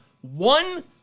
one